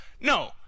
No